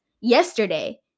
yesterday